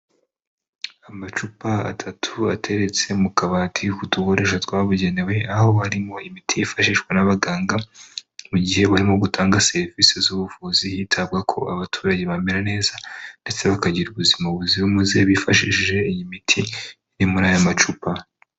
Amacupa atatu ateretse mu kabati k'udukoresho twabugenewe, aho harimo imiti yifashishwa n'abaganga mu gihe barimo gutanga serivisi z'ubuvuzi, hitabwa ko abaturage bamera neza ndetse bakagira ubuzima buzira umuze, bifashishije iyi miti iri muri aya macupa.